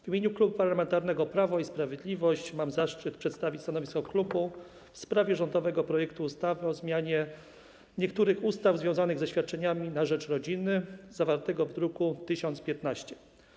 W imieniu Klubu Parlamentarnego Prawo i Sprawiedliwość mam zaszczyt przedstawić stanowisko klubu w sprawie rządowego projektu ustawy o zmianie niektórych ustaw związanych ze świadczeniami na rzecz rodziny, zawartego w druku nr 1015.